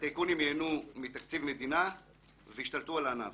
הטייקונים ייהנו מתקציב מדינה וישתלטו על הענף.